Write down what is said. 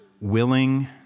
willing